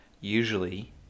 usually